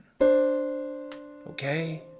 Okay